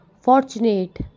Fortunate